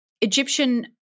Egyptian